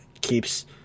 keeps